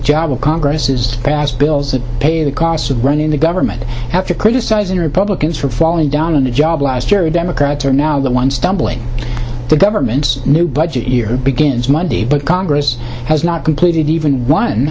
job of congress is pass bills that pay the costs of running the government after criticizing republicans for falling down on the job last year democrats are now the one stumbling the government's new budget year begins monday but congress has not completed even one